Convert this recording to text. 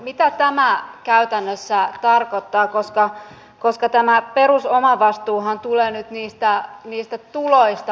mitä tämä käytännössä tarkoittaa koska tämä perusomavastuuhan tulee nyt niistä tuloista